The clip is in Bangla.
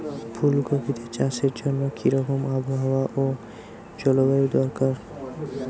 ফুল কপিতে চাষের জন্য কি রকম আবহাওয়া ও জলবায়ু দরকার?